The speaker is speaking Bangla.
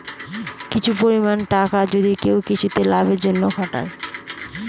কিছু পরিমাণ টাকা যদি কেউ কিছুতে লাভের জন্য ঘটায়